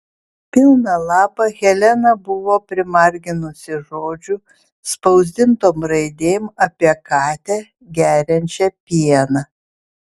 pilną lapą helena buvo primarginusi žodžių spausdintom raidėm apie katę geriančią pieną